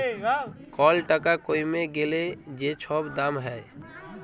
call টাকা কইমে গ্যালে যে ছব দাম হ্যয়